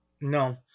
no